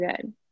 good